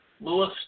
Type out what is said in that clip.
Lewis